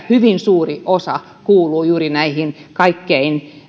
hyvin suuri osa kuuluu juuri näihin kaikkein